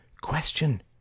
question